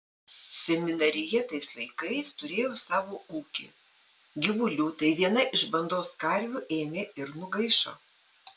seminarija tais laikais turėjo savo ūkį gyvulių tai viena iš bandos karvių ėmė ir nugaišo